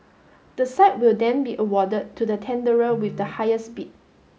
the site will then be awarded to the tenderer with the highest bid